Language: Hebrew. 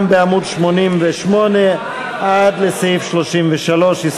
לשנת הכספים 2013, לא נתקבלה.